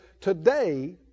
Today